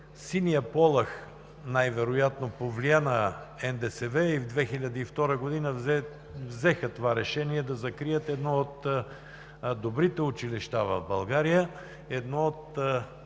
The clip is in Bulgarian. Синият полъх най-вероятно повлия на НДСВ и в 2002 г. взеха това решение – да закрият едно от добрите училища в България, едно от